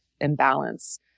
imbalance